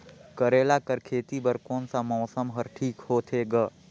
करेला कर खेती बर कोन मौसम हर ठीक होथे ग?